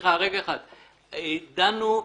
דנו מסביב,